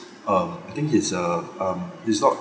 um I think he's a um he's not